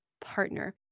partner